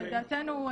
לדעתנו,